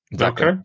Okay